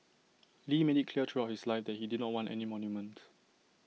lee made IT clear throughout his life that he did not want any monument